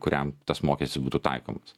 kuriam tas mokestis būtų taikomas